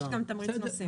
יש גם תמריץ נוסעים.